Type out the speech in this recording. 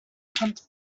pumped